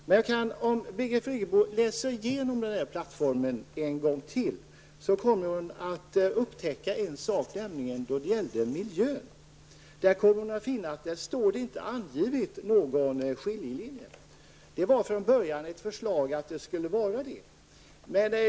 Men om Birgit Friggebo läser igenom den här plattformen en gång till, så kommer hon att upptäcka en sak när det gäller miljön. Där kommer hon att finna att det inte anges någon skiljelinje. Enligt det ursprungliga förslaget skulle det finnas en sådan även där.